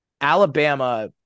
Alabama